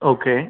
okay